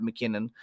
McKinnon